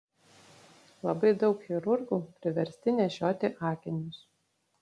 labai daug chirurgų priversti nešioti akinius